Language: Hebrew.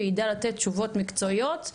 ויידע לתת תשובות מקצועיות,